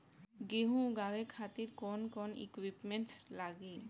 गेहूं उगावे खातिर कौन कौन इक्विप्मेंट्स लागी?